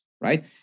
right